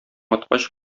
аткач